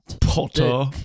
Potter